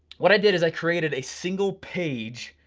what i did is i created a single page